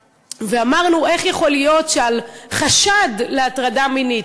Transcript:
ואמרנו: איך יכול להיות שעל חשד להטרדה מינית,